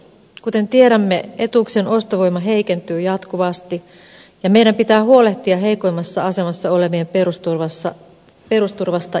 kuten tiedämme etuuksien ostovoima heikentyy jatkuvasti ja meidän pitää huolehtia heikoimmassa asemassa olevien perusturvasta jatkossakin